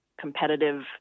competitive